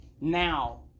now